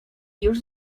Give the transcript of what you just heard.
już